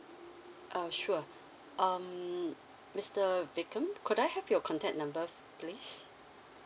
uh sure um mister vikram could I have your contact number please